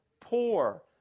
poor